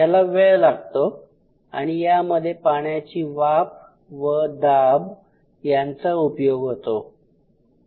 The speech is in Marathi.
याला वेळ लागतो आणि यामध्ये पाण्याची वाफ व दाब यांचा उपयोग होतो